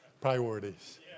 priorities